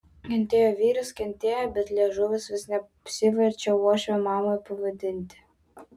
kentėjo vyras kentėjo bet liežuvis vis neapsiverčia uošvę mama pavadinti